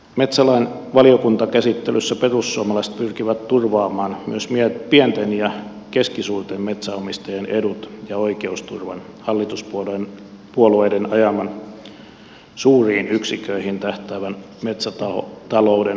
metsälain valiokuntakäsittelyssä perussuomalaiset pyrkivät turvaamaan myös pienten ja keskisuurten metsänomistajien edut ja oikeusturvan hallituspuolueiden ajaman suuriin yksiköihin tähtäävän metsätalouden ohella